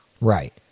right